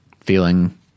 feeling